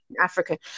Africa